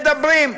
מדברים,